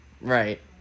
right